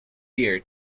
year